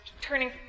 turning